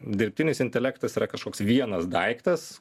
dirbtinis intelektas yra kažkoks vienas daiktas